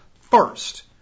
first